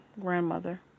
grandmother